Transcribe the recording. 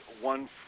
one